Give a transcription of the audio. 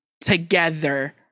together